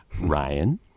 Ryan